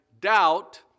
doubt